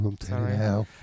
Sorry